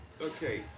okay